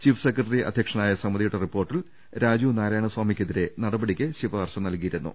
chief secretary അധ്യക്ഷനായ സമിതിയുടെ റിപ്പോർട്ടിൽ രാജു നാരായണ സ്വാമിക്കെതിരെ നടപടിക്ക് ശുപാർശ നൽകിയിരുന്നു